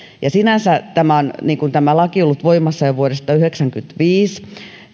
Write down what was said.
sinänsä tämä laki on ollut voimassa jo vuodesta yhdeksänkymmentäviisi